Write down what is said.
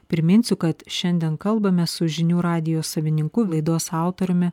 priminsiu kad šiandien kalbame su žinių radijo savininku laidos autoriumi